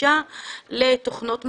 גישה לתוכנות מחשב,